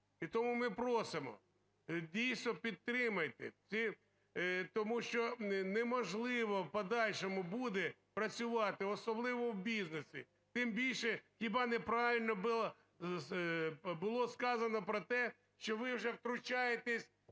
І тому ми просимо, дійсно підтримайте, тому що неможливо в подальшому буде працювати, особливо в бізнесі. Тим більше, хіба не правильно було сказано про те, що ви вже втручаєтесь